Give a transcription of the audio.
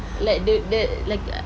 like the that like uh